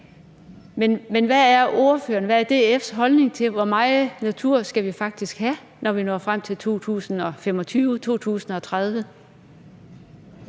Men hvad er ordførerens og DF's holdning til, hvor meget natur vi faktisk skal have, når vi når frem til 2025 og 2030?